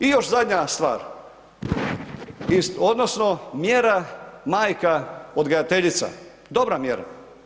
I još zadnja stvar odnosno mjera, majka odgajateljica, dobra mjera.